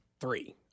three